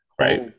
right